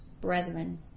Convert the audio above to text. brethren